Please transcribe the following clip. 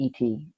ET